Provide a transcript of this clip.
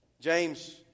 James